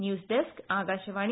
news desk Akashvani